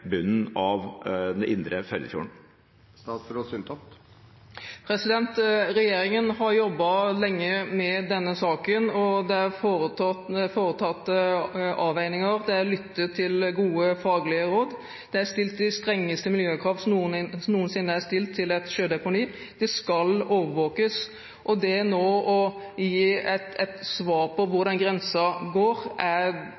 bunnen av den indre Førdefjorden? Regjeringen har jobbet lenge med denne saken, og det er foretatt avveininger, det er lyttet til gode, faglige råd, og det er stilt de strengeste miljøkrav som noensinne er stilt til et sjødeponi. Det skal overvåkes. Det nå å gi et svar på hvor den grensen går,